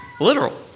literal